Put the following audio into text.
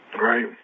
Right